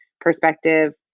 perspective